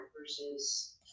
versus